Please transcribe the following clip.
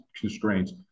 constraints